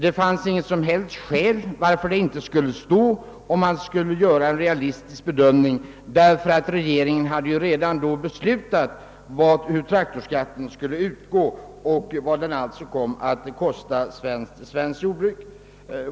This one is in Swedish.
Det fanns inget som helst skäl varför inte denna skulle anges, om man här skulle göra en riktig bedömning; regeringen hade redan då beslutat om hur traktorskatten skulle utgå och vad den skulle komma att kosta det svenska jordbruket.